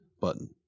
button